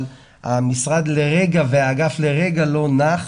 המשרד והאגף לרגע לא נח